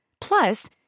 Plus